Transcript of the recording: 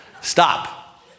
Stop